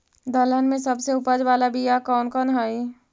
दलहन में सबसे उपज बाला बियाह कौन कौन हइ?